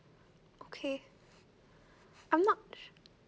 okay I'm not sure